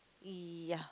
ya